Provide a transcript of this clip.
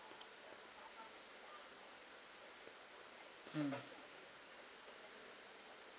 mm